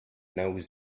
knows